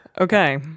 Okay